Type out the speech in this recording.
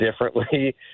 differently